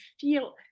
feel